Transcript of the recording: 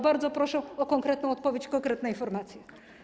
Bardzo proszę o konkretną odpowiedź, o konkretne informacje.